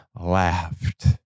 laughed